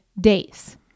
days